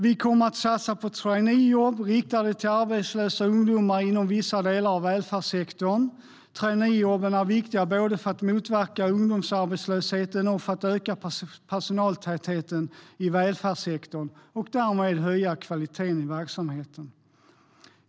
Vi kommer att satsa på traineejobb riktade till arbetslösa ungdomar inom vissa delar av välfärdssektorn. Traineejobben är viktiga både för att motverka ungdomsarbetslösheten och för att öka personaltätheten i välfärdssektorn och därmed höja kvaliteten i verksamheten.